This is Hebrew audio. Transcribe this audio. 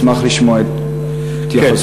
אשמח לשמוע את התייחסותך.